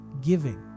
giving